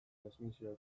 transmisio